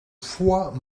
fois